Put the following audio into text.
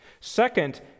Second